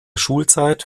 schulzeit